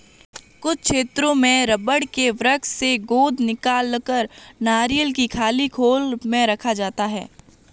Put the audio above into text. कुछ क्षेत्रों में रबड़ के वृक्ष से गोंद निकालकर नारियल की खाली खोल में रखा जाता है